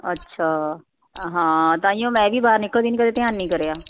ਅੱਛਾ ਹਾਂ ਤਾਹੀਓ ਮੈਂ ਵੀ ਬਾਹਰ ਨਿਕਲਦੀ ਨਹੀਂ ਕਦੇ ਧਿਆਨ ਨਹੀਂ ਕਰਿਆ